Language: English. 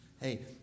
hey